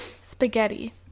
spaghetti